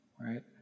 right